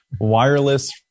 wireless